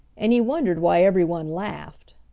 and he wondered why everyone laughed.